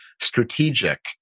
strategic